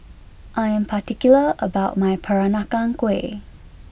I am particular about my Peranakan Kueh